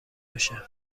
بشه